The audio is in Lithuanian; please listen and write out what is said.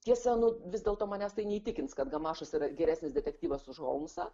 tiesa vis dėlto manęs tai neįtikins kad gamašas yra geresnis detektyvas už holmsą